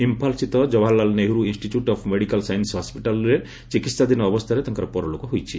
ଇମ୍ଫାଲ୍ ସ୍ଥିତ Jawaharlal Nehru institute of medical science ହସ୍କିଟାଲ୍ର ଚିକିହାଧୀନ ଅବସ୍ଥାରେ ତାଙ୍କର ପରଲୋକ ହୋଇଛି